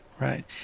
right